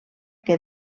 que